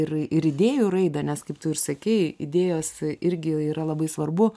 ir ir idėjų raidą nes kaip tu ir sakei idėjos irgi yra labai svarbu